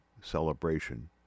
celebration